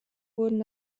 wurden